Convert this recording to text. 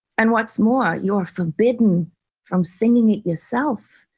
and what's more, you're forbidden from singing it yourself.